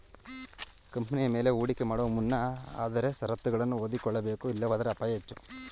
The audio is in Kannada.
ಕಂಪನಿಯ ಮೇಲೆ ಹೂಡಿಕೆ ಮಾಡುವ ಮುನ್ನ ಆದರೆ ಶರತ್ತುಗಳನ್ನು ಓದಿಕೊಳ್ಳಬೇಕು ಇಲ್ಲವಾದರೆ ಅಪಾಯ ಹೆಚ್ಚು